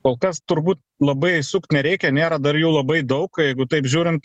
kol kas turbūt labai sukt nereikia nėra dar jų labai daug jeigu taip žiūrint